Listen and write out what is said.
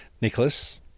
Nicholas